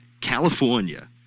California